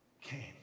came